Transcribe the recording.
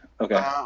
Okay